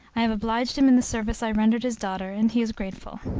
i have obliged him in the service i rendered his daughter, and he is grateful.